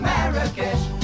Marrakesh